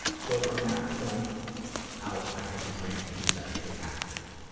so, from that point out, i had to drink to be sexually active.